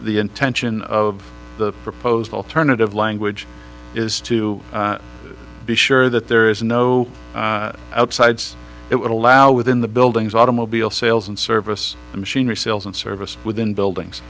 intention of the proposed alternative language is to be sure that there is no outside it would allow within the buildings automobile sales and service machinery sales and service within buildings